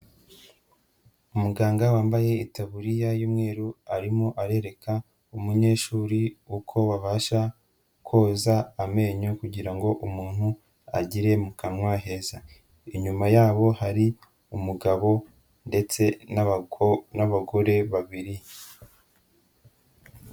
Umuganga wambaye itaburiya y'umweru, arimo arereka umunyeshuri uko babasha koza amenyo, kugira ngo umuntu agire mu kanwa heza. Inyuma yabo hari umugabo ndetse n'abagore babiri.